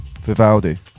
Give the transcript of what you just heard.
Vivaldi